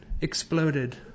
exploded